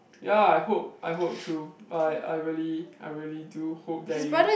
ya I hope I hope too like I really I really do hope that you